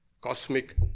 cosmic